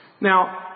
Now